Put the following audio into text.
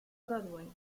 broadway